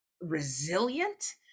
resilient